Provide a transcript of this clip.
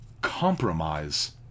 compromise